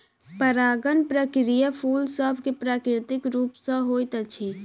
परागण प्रक्रिया फूल सभ मे प्राकृतिक रूप सॅ होइत अछि